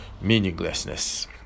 meaninglessness